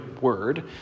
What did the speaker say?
word